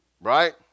Right